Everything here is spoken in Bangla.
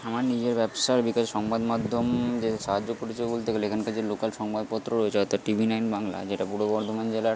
আমার নিজের ব্যবসার বিকাশে সংবাদমাধ্যম যে সাহায্য করেছে বলতে গেলে এখানকার যে লোকাল সংবাদপত্র রয়েছে অর্থাৎ টি ভি নাইন বাংলা যেটা পূর্ব বর্ধমান জেলার